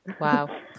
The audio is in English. Wow